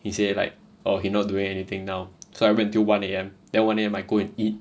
he say like orh he not doing anything now so I wait until one A_M then one A_M I go and eat